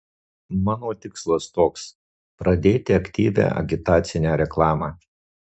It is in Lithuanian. mano tikslas toks pradėti aktyvią agitacinę reklamą